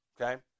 okay